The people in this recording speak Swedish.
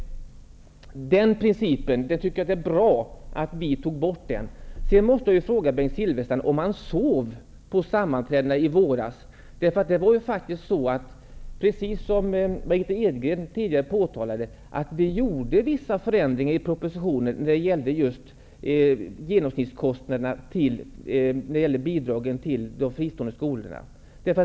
Jag tycker det är bra att vi tog bort den principen. Jag måste fråga Bengt Silfverstrand om han sov på sammanträdena i våras. Precis som Margitta Edgren tidigare påtalade gjorde vi ju vissa förändringar i propositionen när det gällde genomsnittskostnaderna till de fristående skolorna.